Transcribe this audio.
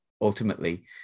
ultimately